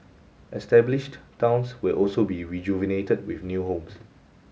established towns will also be rejuvenated with new homes